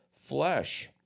flesh